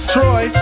Troy